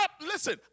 listen